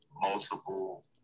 multiple